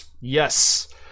Yes